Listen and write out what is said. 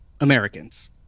Americans